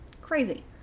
Crazy